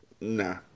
Nah